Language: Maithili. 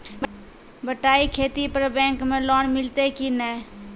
बटाई खेती पर बैंक मे लोन मिलतै कि नैय?